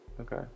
Okay